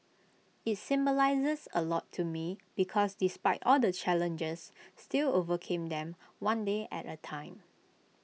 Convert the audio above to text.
IT symbolises A lot to me because despite all the challenges still overcame them one day at A time